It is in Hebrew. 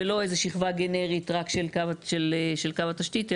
ולא איזו שכבה גנרית רק של קו התשתית,